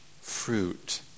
fruit